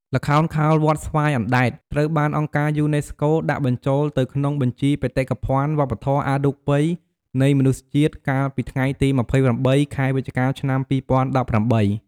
ល្ខោនខោលវត្តស្វាយអណ្តែត ត្រូវបានអង្គការយូណេស្កូ ដាក់បញ្ចូលទៅក្នុងបញ្ជី បេតិកភណ្ឌវប្បធម៌អរូបីនៃមនុស្សជាតិ កាលពី ថ្ងៃទី២៨ ខែវិច្ឆិកា ឆ្នាំ២០១៨។